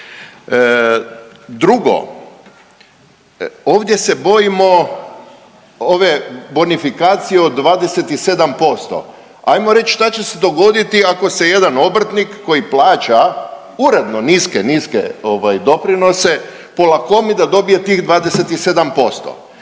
Drugo, ovdje se bojimo ove bonifikacije od 27%, ajmo reć šta će se dogoditi ako se jedan obrtnik koji plaća uredno niske, niske ovaj doprinose polakomi da dobije tih 27%